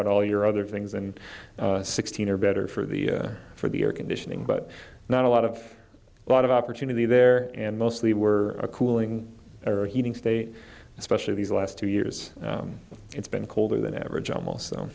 out all your other things and sixteen are better for the for the air conditioning but not a lot of lot of opportunity there and mostly we're a cooling or heating state especially these last two years it's been colder than average almost